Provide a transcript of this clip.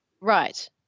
right